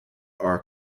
are